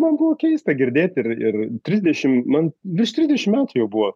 man buvo keista girdėt ir ir trisdešim man virš trisdešim metų jau buvo